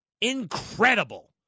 Incredible